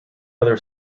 other